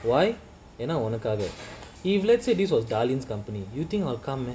why you not want wanna target if let's say this was darlene's company you think of coming